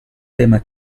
tema